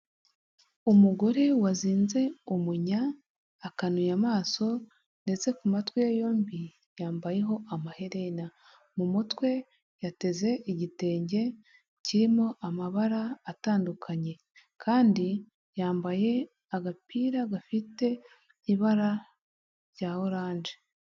Umugore wazinze umunya akanuye amaso ndetse ku matwi yombi yambayeho amaherena, mu mutwe yateze igitenge kirimo amabara atandukanye kandi yambaye agapira gafite ibara rya oranje.